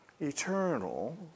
eternal